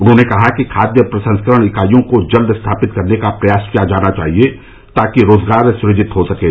उन्होंने कहा कि खाद्य प्रसंस्करण इकाईयों को जल्द स्थापित करने का प्रयास किया जाना चाहिए ताकि रोजगार सृजित हो सकें